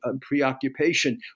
preoccupation